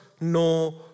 no